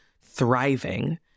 thriving